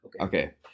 okay